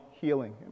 healing